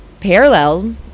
parallel